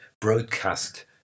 broadcast